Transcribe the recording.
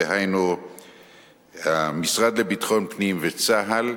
דהיינו המשרד לביטחון פנים וצה"ל,